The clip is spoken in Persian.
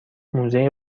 موزه